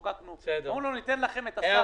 תוכלו לבחון את מה השר מביא בפניכם,